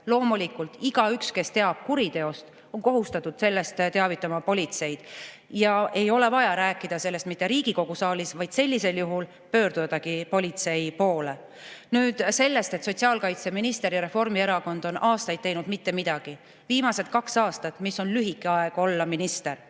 Loomulikult, igaüks, kes teab kuriteost, on kohustatud sellest teavitama politseid. Ja sellest ei ole vaja rääkida mitte Riigikogu saalis, vaid sellisel juhul tuleb pöörduda politsei poole. Nüüd sellest, et sotsiaalkaitseminister ja Reformierakond on aastaid teinud mitte midagi. Viimased kaks aastat, mis on lühike aeg olla minister: